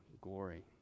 glory